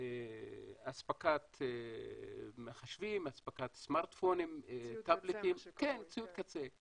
הוא אספקת מחשבים, אספקת סמרטפונים, ציוד קצה.